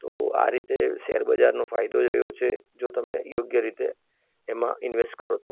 તો આ રીતે શેરબજારનો ફાયદો જ રહ્યો છે જો તમે યોગ્ય રીતે એમાં ઈન્વેસ્ટ કરો તો